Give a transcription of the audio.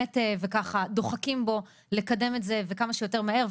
וככה דוחקים בו לקדם את זה וכמה שיותר מהר.